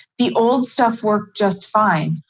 the old stuff worked just fine.